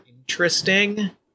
interesting